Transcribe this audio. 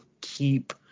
keep